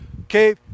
okay